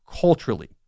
culturally